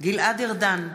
גלעד ארדן,